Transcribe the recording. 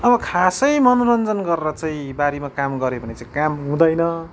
अब खासै मनोरञ्जन गरेर चाहिँ बारीमा काम गऱ्यो भने चाहिँ काम हुँदैन